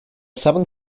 southern